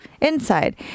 inside